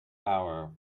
bower